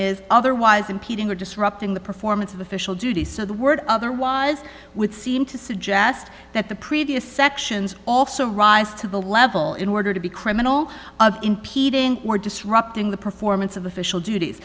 is otherwise impeding or disrupting the performance of official duties so the word otherwise would seem to suggest that the previous sections also rise to the level in order to be criminal of impeding or disrupting the performance of official duties